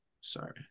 sorry